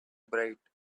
bright